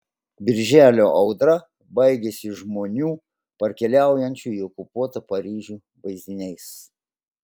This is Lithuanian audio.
birželio audra baigiasi žmonių parkeliaujančių į okupuotą paryžių vaizdiniais